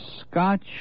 Scotch